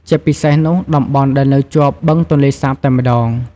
ជាពិសេសនោះ តំបន់ដែលនៅជាប់បឹងទន្លេសាបតែម្ដង។